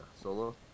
solo